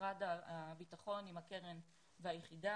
משרד הבטחון עם הקרן והיחידה,